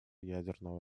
ядерного